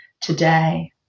today